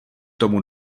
tomu